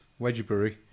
Wedgbury